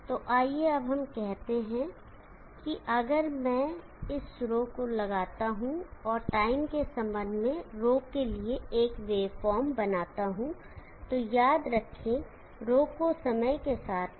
तो आइए अब हम कहते हैं कि अगर मैं इस ρ को लगाता हूं और टाइम के संबंध में ρ के लिए एक वेवफॉर्म बनाता हूं तो याद रखें ρ को समय के साथ में